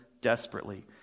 desperately